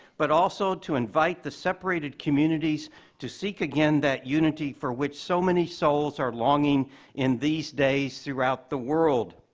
but also to invite the separated communities to seek again that unity for which so many souls are longing in these days throughout the world.